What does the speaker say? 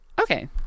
Okay